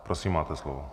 Prosím, máte slovo.